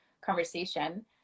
conversation